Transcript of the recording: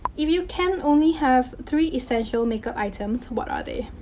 if you can only have three essential makeup items. what are they?